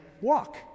walk